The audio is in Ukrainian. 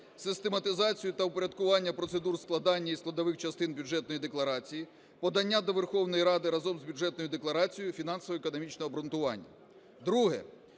систематизацію та упорядкування процедур складання і складових частин Бюджетної декларації, подання до Верховної Ради разом з Бюджетною декларацією фінансово-економічного обґрунтування. Друге.